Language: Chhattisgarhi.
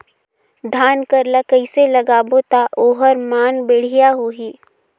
धान कर ला कइसे लगाबो ता ओहार मान बेडिया होही?